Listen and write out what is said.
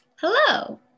hello